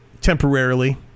temporarily